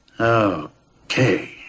Okay